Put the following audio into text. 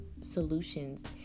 solutions